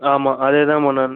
ஆமாம் அதே தான் பண்ணணும்